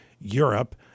europe